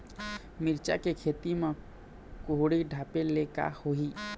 मिरचा के खेती म कुहड़ी ढापे ले का होही?